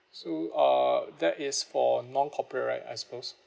so uh that is for non-corporate right I suppose